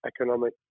economic